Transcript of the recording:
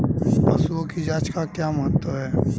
पशुओं की जांच का क्या महत्व है?